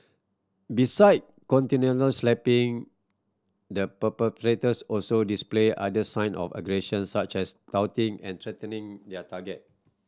beside continual slapping the perpetrators also displayed other sign of aggression such as taunting and threatening their target